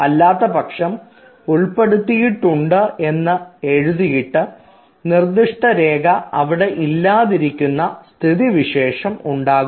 അല്ലാത്തപക്ഷം ഉൾപ്പെടുത്തിയിട്ടുണ്ട് എന്ന് എഴുതിയിട്ട് നിർദ്ദിഷ്ഠ രേഖ അവിടെ ഇല്ലാതിരിക്കുന്ന സ്ഥിതിവിശേഷം ഉണ്ടാകും